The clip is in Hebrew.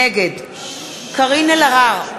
נגד קארין אלהרר,